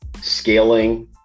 scaling